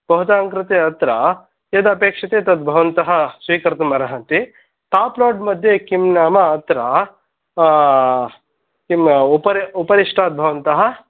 भवतां कृते अत्र यदपेक्षते तत् भवन्तः स्वीकर्तुं अर्हन्ति टाप् लोड् मध्ये किं नाम अत्र किम् उपरि उपरिष्टात् भवन्तः